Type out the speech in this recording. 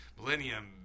millennium